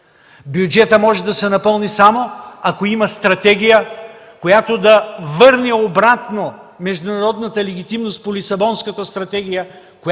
Бюджетът може да се напълни само ако има стратегия, която да върне обратно международната легитимност по Лисабонската стратегия,